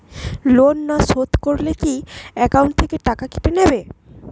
Loan না শোধ করলে কি একাউন্ট থেকে টাকা কেটে নেবে?